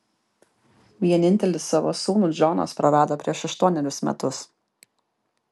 vienintelį savo sūnų džonas prarado prieš aštuonerius metus